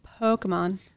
Pokemon